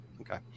Okay